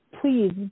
Please